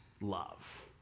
love